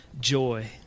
joy